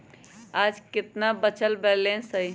आज केतना बचल बैलेंस हई?